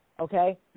okay